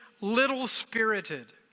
little-spirited